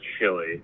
Chili